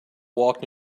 walked